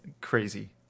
crazy